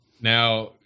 Now